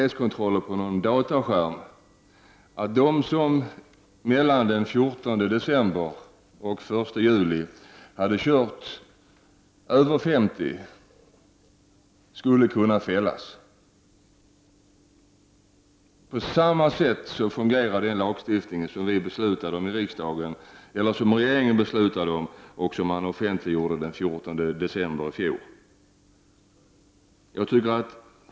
Det skulle kunna innebära att de som mellan den 14 december och den 1 juli hade kört över 50 km skulle kunna fällas, om polisen hade sparat sina hastighetskontroller på dataskärm. På samma sätt fungerar den lagstiftning som regeringen beslutade om och som offentliggjordes den 14 december i fjol.